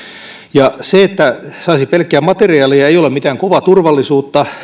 ja se että saisi pelkkiä materiaaleja ei ole mitään kovaa turvallisuutta